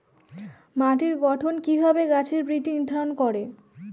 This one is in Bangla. মাটির গঠন কিভাবে গাছের বৃদ্ধি নির্ধারণ করে?